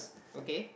okay